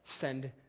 send